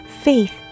faith